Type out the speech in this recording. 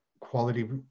quality